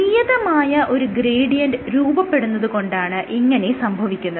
നിയതമായ ഒരു ഗ്രേഡിയന്റ് രൂപപ്പെടുന്നത് കൊണ്ടാണ് ഇങ്ങനെ സംഭവിക്കുന്നത്